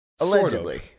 allegedly